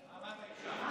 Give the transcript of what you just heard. מעמד האישה.